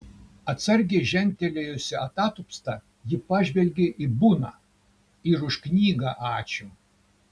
atsargiai žengtelėjusi atatupsta ji pažvelgė į buną ir už knygą ačiū